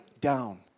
down